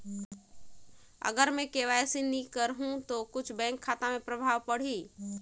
अगर मे के.वाई.सी नी कराहू तो कुछ बैंक खाता मे प्रभाव पढ़ी?